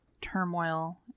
turmoil